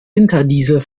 winterdiesel